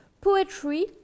poetry